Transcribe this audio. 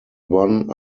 one